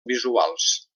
visuals